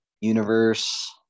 universe